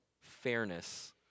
fairness